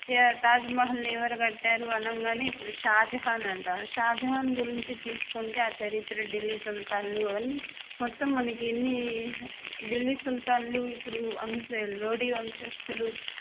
తాజ్మహల్ని ఎవరు కట్టారు అనగానే ఇప్పుడు షాజహాన్ అంటా షాజహాన్ గురించి తీసుకుంటే ఆ చరిత్ర ఢిల్లీ సుల్తాన్లు అవన్నీ మొత్తం మనకి ఎన్ని ఢిల్లీ సుల్తాన్లు ఇప్పుడు అన్సేలోడి వంశస్థులు